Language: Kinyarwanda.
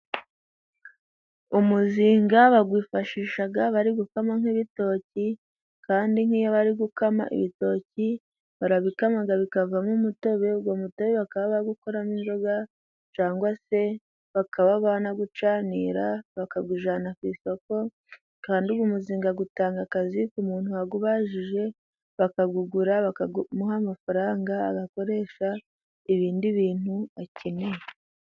Umuzinga bawifashisha bari gukama nk'ibitoki, kandi nk'iyo bari gukama ibitoki barabikama bikavamo umutobe, uwo mutobe bakaba bakuramo inzoga cyangwa se bakaba banawucanira bakawujyana ku isoko, kandi uyu umuzinga gutanga akazi ku muntu wagubajije bakawugura bakamuha amafaranga, bakawukoresha ibindi bintu bakeneye.